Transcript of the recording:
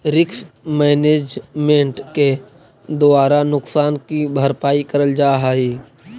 risk management के द्वारा नुकसान की भरपाई करल जा हई